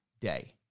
day